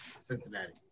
Cincinnati